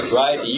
right